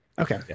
Okay